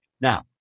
now